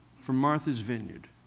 from martha's vineyard,